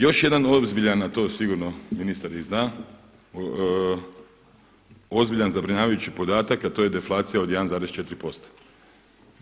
Još jedan ozbiljan a to sigurno ministar i zna ozbiljan zabrinjavajući podatak a to je deflacija od 1,4%